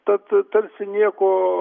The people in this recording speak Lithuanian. tad tarsi nieko